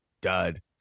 dud